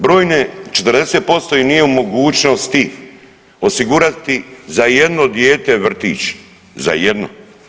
Brojne, 40% ih nije u mogućnosti osigurati za jedno dijete vrtić, za jedno.